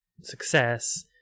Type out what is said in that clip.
success